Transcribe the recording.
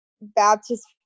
Baptist